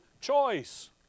choice